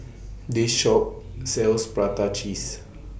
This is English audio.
This Shop sells Prata Cheese